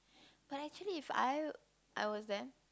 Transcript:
but actually If I I was them